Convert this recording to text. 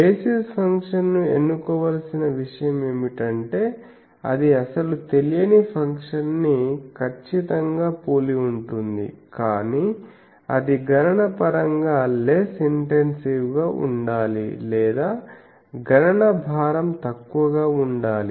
basis ఫంక్షన్ను ఎన్నుకోవలసిన విషయం ఏమిటంటే అది అసలు తెలియని ఫంక్షన్ను ఖచ్చితంగా పోలి ఉంటుంది కానీ అది గణనపరంగా లెస్ ఇంటెన్సివ్గా ఉండాలి లేదా గణన భారం తక్కువగా ఉండాలి